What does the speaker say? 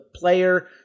player